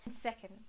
Second